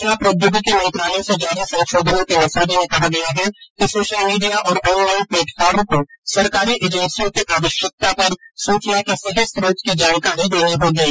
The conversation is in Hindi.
सूचना प्रौद्योगिकी मंत्रालय से जारी संशोधनों के मसौदे में कहा गया है कि सोशल मीडिया और ऑनलाइन प्लेटफार्म को सरकारी एजेंसियों की आवश्यकता पर सूचना के सही स्रोत की जानकारी देनी होगी